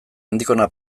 andikona